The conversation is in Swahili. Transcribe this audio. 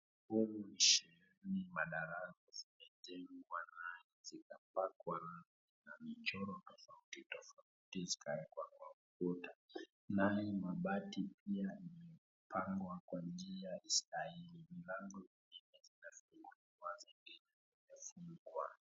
Huu unaonyesha madarasa yamejengwa na zikapakwa rangi na michoro tofautitofauti zikaekwa kwa ukuta, nayo mabati pia yamepangwa kwa njia sahihi, milango imefungwa.